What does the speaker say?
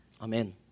Amen